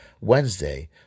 Wednesday